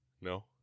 No